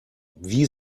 wie